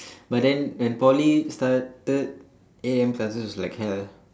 but then when Poly started eight A_M classes was like hell